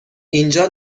اینجا